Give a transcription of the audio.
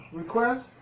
request